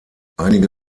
einige